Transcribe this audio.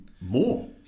more